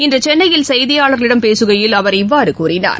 இன்று சென்னையில் செய்தியாளர்களிடம் பேசுகையில் அவர் இவ்வாறு கூறினார்